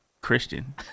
Christian